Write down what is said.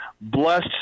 blessed